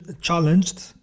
challenged